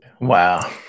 Wow